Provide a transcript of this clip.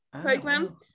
program